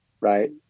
Right